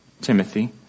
Timothy